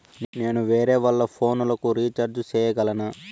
నేను వేరేవాళ్ల ఫోను లకు రీచార్జి సేయగలనా?